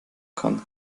kann